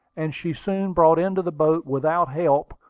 and she soon brought into the boat without help,